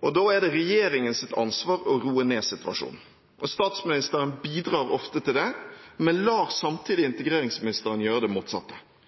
Da er regjeringens ansvar å roe ned situasjonen, og statsministeren bidrar ofte til det, men lar samtidig integreringsministeren gjøre det motsatte.